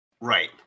Right